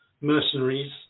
mercenaries